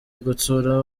gutsura